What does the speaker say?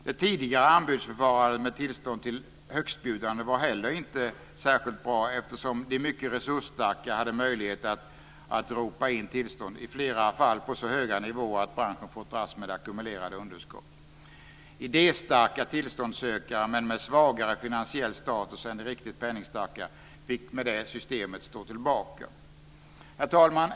Det tidigare anbudsförfarandet med tillstånd till högstbjudande var heller inte särskilt bra, eftersom endast de mycket resursstarka hade möjlighet att ropa in tillstånd, i flera fall på så höga nivåer att branschen har fått dras med ackumulerade underskott. Idéstarka tillståndssökare men med svagare finansiell status än de riktigt penningstarka fick med det systemet stå tillbaka. Herr talman!